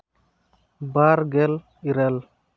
ᱵᱟᱨᱜᱮᱞ ᱤᱨᱟᱹᱞ